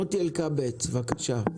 מוטי אלקבץ בבקשה.